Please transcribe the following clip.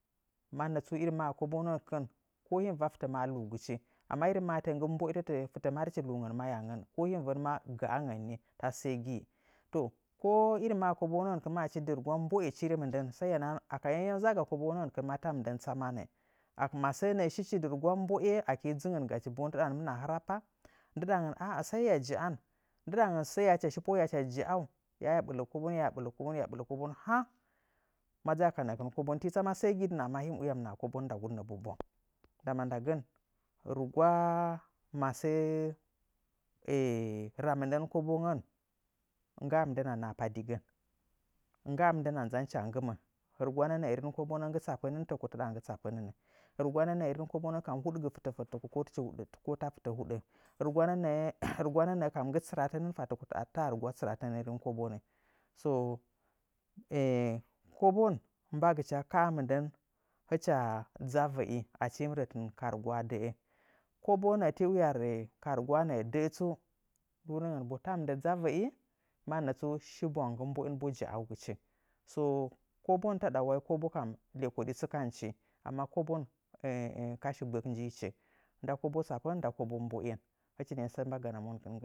ko hii mɨ va fɨtə maa luugɨchi. Amma irin mahyaa nggɨ mbommboetə təə ko mi mɨ va fɨtə maa tɨchi luungən, ko hii mɨ vənmaa tasə səə giiyi. To ko irin mahyaa kobounəngən maa achi dɨ rugwa mbomboe rii, aka yayam za'agachi manyaa kobotə maa ta mɨndən tsamanɨ. Ma səə nəə shi dɨ rugwa mbominboe yi akii dzɨngən gachi. Ndɨɗangən səə tsu tɨcha shi jaau hiya ɓɨlə kobon hiya ɓɨlə kobon amma tii tsama səə gidɨn amma hii mɨ uya mɨ nza nda kobon ndagu. Ndama ndagən rugwa masəə ra mɨndən kobongən ngga mɨndəna nahapa digən, ngga mɨndəna nzan hɨcha nggɨmə rugwanə nəə rin kobonə nggɨ tsappə nɨn təko aku taɗa nggɨ tsappə? Rugwanə nə'ə huɗgɨ fɨtə təko ko ta fɨtə huɗa? rugwanə nə'ə rin kobonə nggɨ tsɨrattə təko aku taɗa nggɨ tsɨrattə? So, kobon mbagicha ka'a mɨndən hɨcha dzɨ avəi achi hii mɨ rətɨn ka rugwaa də'ə koboo nəə tii waa rə tɨn ka rugwaa nəə dəə tsu, nduundɨngən ta mɨndə dzɨ a vəi mannə shi mbombboin tsu ja'augɨchi. So, kobon, kam taɗa lekoɗi tsɨkanchi amma kashi gbək njiichi-nda kobo tsappən, nda kobo mbommo'en. Hɨchi nii səə mbagana monkɨn.